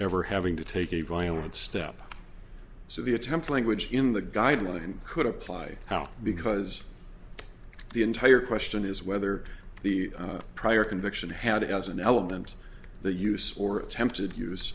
ever having to take a violent step so the attempt language in the guideline could apply how because the entire question is whether the prior conviction had as an element the use or attempted use